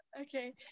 Okay